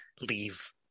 leave